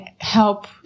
help